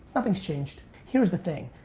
nothing's changed. here's the thing,